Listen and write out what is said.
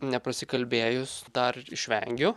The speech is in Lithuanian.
neprasikalbėjus dar išvengiu